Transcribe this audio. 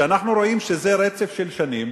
אנחנו רואים שזה רצף של שנים,